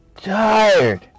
tired